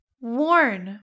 worn